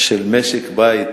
של משק-בית